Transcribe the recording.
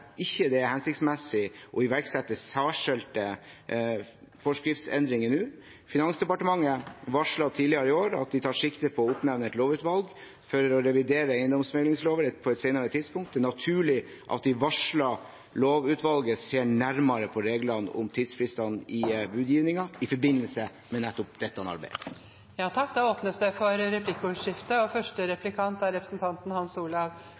ikke det er hensiktsmessig å iverksette særskilte forskriftsendringer nå. Finansdepartementet varslet tidligere i år at de tar sikte på å oppnevne et lovutvalg for å revidere eiendomsmeglingsloven på et senere tidspunkt. Det er naturlig at det varslede lovutvalget ser nærmere på reglene om tidsfristene i budgivningen i forbindelse med nettopp dette arbeidet. Det blir replikkordskifte. Jeg er veldig glad for innstillingen og